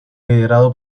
liderado